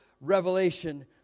revelation